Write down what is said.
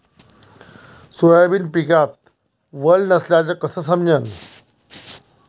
Soybean पिकात वल नसल्याचं कस समजन?